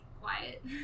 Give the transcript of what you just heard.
quiet